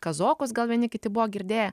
kazokus gal vieni kiti buvo girdėję